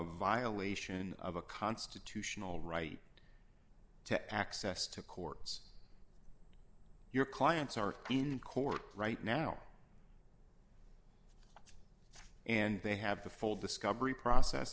violation of a constitutional right to access to courts your clients are in court right now and they have the full discovery process